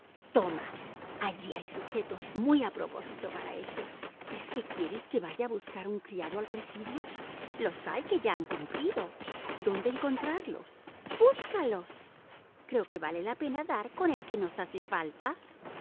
toma allí hay sujetos muy a propósito para eso es que quieres que vaya a buscar un criado al presidio los hay que ya han cumplido dónde encontrarlos búscalos creo que vale la pena dar con el que nos hace falta